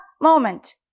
moment